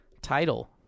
title